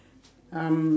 um